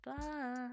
bye